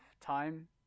time